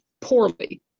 poorly